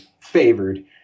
favored